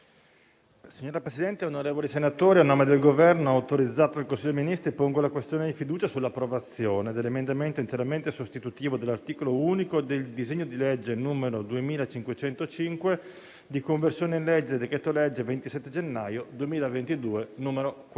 Signora Presidente, onorevoli senatori, a nome del Governo, autorizzato dal Consiglio dei ministri, pongo la questione di fiducia sull'approvazione dell'emendamento interamente sostitutivo dell'articolo unico del disegno di legge n. 2505, di conversione in legge del decreto-legge 27 gennaio 2022, n. 4.